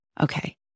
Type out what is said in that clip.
Okay